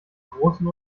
großen